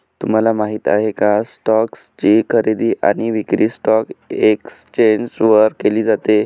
तुम्हाला माहिती आहे का? स्टोक्स ची खरेदी आणि विक्री स्टॉक एक्सचेंज वर केली जाते